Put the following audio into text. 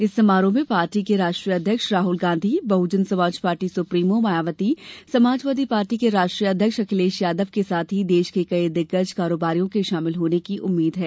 इस समारोह में पार्टी के राष्ट्रीय अध्यक्ष Rahul Gandhi Bahujan Samaj party supremo Mayawati Samajwadi party के राष्ट्रीय अध्यक्ष अखिलेश यादव के साथ ही देश के कई दिग्गज कारोबारियों के शामिल होने की उम्मीद है